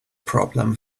problem